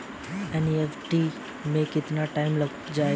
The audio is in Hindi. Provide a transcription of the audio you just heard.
एन.ई.एफ.टी में कितना टाइम लग जाएगा?